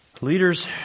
Leaders